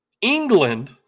England